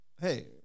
Hey